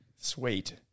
Sweet